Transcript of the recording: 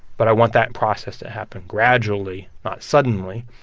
but i want that process to happen gradually, not suddenly,